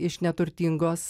iš neturtingos